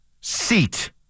seat